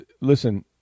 Listen